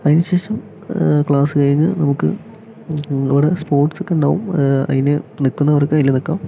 അതിനുശേഷം ക്ലാസ്സ് കഴിഞ്ഞാൽ നമുക്ക് അവിടെ സ്പോർട്സസൊക്കെ ഉണ്ടാകും അതിന് നിൽക്കുന്നവർക്ക് അതിൽ നിൽക്കാം